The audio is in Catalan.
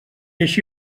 així